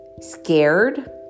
scared